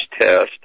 test